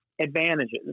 advantages